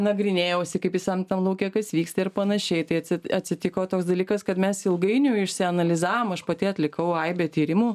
nagrinėjausi kaip visam tam lauke kas vyksta ir panašiai tai atsi atsitiko toks dalykas kad mes ilgainiui išsianalizavom aš pati atlikau aibė tyrimų